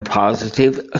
positive